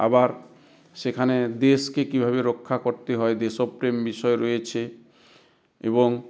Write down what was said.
আবার সেখানে দেশকে কীভাবে রক্ষা করতে হয় দেশপ্রেম বিষয় রয়েছে এবং